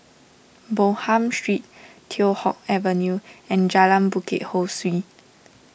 Bonham Street Teow Hock Avenue and Jalan Bukit Ho Swee